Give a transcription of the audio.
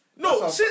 No